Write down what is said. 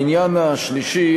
העניין השלישי,